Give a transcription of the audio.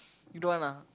you don't want ah